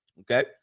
Okay